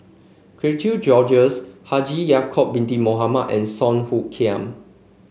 Cherian George Haji Ya'acob Bin Mohamed and Song Hoot Kiam